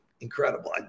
Incredible